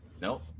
Nope